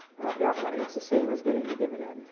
and i've got money. it's the same as getting a dividend.